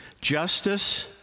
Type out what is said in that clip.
Justice